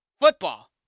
Football